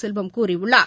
செல்வம் கூறியுள்ளார்